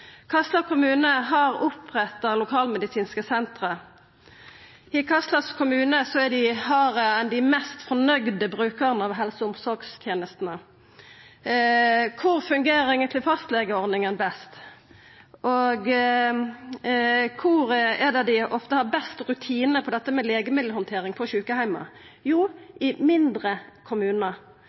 Kva kommunar har oppretta lokalmedisinske senter? I kva kommunar har ein dei mest fornøgde brukarane av helse- og omsorgstenestene? Kvar fungerer eigentleg fastlegeordninga best? Kvar er det dei ofte har dei beste rutinane for legemiddelhandtering på sjukeheimar? – Jo, i mindre kommunar.